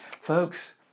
Folks